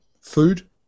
food